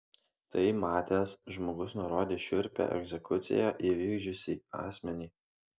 tai matęs žmogus nurodė šiurpią egzekuciją įvykdžiusį asmenį